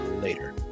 later